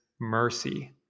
mercy